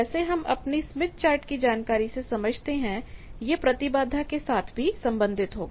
जैसे हम अपनी स्मिथ चार्ट की जानकारी से समझते हैं यह प्रतिबाधा के साथ भी संबंधित होगा